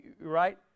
Right